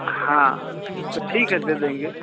हाँ तो ठीक है दे देंगे